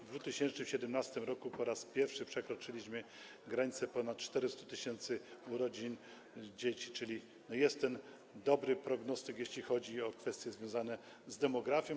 W 2017 r. po raz pierwszy przekroczyliśmy granicę ponad 400 tys. urodzin dzieci, czyli jest ten dobry prognostyk, jeśli chodzi o kwestie związane z demografią.